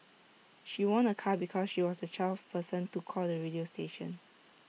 she won A car because she was the twelfth person to call the radio station